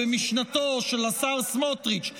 במשנתו של השר סמוטריץ'.